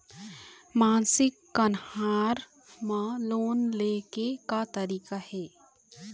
मासिक कन्हार म लोन ले के का तरीका हे?